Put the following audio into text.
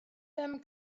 them